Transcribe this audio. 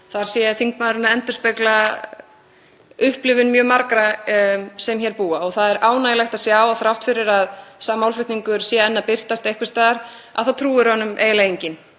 sem hann hefur viðhaft endurspegli upplifun mjög margra sem hér búa. Það er ánægjulegt að sjá að þrátt fyrir að sá málflutningur sé enn að birtast einhvers staðar þá trúir honum eiginlega enginn.